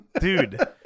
Dude